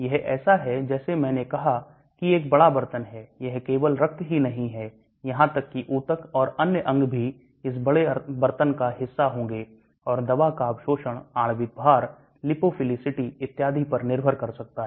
यह ऐसा है जैसे मैंने कहा कि एक बड़ा बर्तन है यह केवल रक्त ही नहीं है यहां तक की ऊतक और अन्य अंग भी इस बड़े बर्तन का हिस्सा होंगे और दवा का अवशोषण आणविक भार lipophilicity इत्यादि पर निर्भर कर सकता है